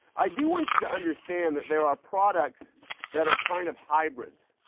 i do want you to understand that there are products that are kind of hybrids,